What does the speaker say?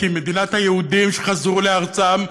היא מדינת היהודים שחזרו לארצם,